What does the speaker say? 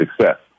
success